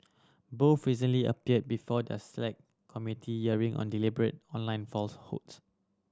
both recently appeared before the Select Committee on deliberate online falsehoods